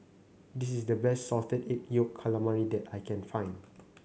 this is the best Salted Egg Yolk Calamari that I can find